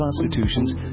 constitutions